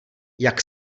jak